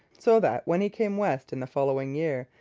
so that, when he came west in the following year,